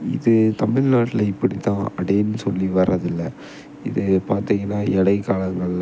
இது தமிழ்நாட்டுல இப்படி தான் அப்படின் சொல்லி வர்றது இல்லை இது பார்த்திங்கன்னா இடைக்காலங்கள்ல